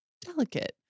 delicate